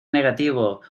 negativo